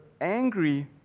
angry